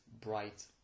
bright